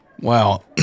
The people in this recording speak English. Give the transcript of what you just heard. Wow